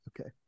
okay